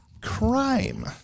crime